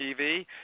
TV